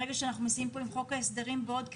ברגע שנכנסים פה עם חוק ההסדרים בעוד כחודש,